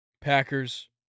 Packers